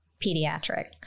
pediatric